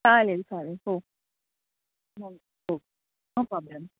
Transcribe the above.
चालेल चालेल हो हो नो प्रॉब्लेम